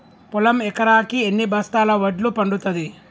పొలం ఎకరాకి ఎన్ని బస్తాల వడ్లు పండుతుంది?